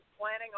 planning